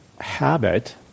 habit